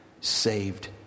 saved